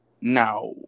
Now